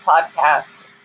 podcast